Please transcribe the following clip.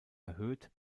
erhöht